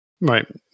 right